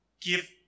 give